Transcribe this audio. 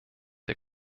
der